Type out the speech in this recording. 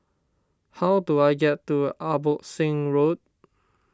how do I get to Abbotsingh Road